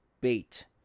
bait